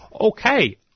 Okay